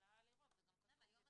אמרה ------ אז נעשה